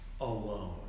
alone